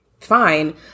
fine